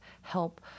help